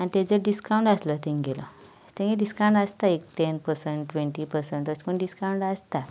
आनी तेजे डिसकावंट आशिल्लो तेंगेलो तेंगे डिसकावंट आसताय एक टेन परसेंट ट्वेंटी परसेंट अशें कोन्न डिसकावंट आसता